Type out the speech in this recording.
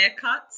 haircuts